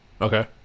Okay